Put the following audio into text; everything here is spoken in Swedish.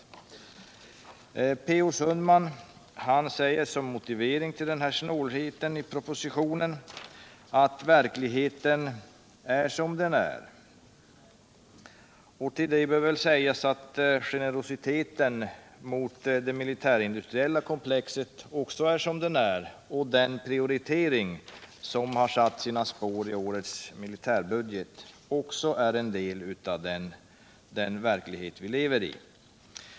Per Olof Sundman säger som motivering till den här snålheten i Nr 92 propositionen att verkligheten är som den är. Till det bör sägas att Torsdagen den generositeten mot det militärindustriella komplexet också är som den är och 9 mars 1978 att den prioritering som satt sina spår i årets militärbudget också är en del av den verklighet vi lever i.